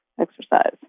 exercise